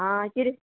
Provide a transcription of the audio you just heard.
आ किरें